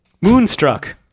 Moonstruck